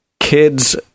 Kids